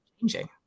changing